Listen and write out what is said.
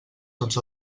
tots